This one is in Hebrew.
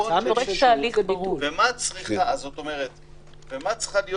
ומה צריכה להיות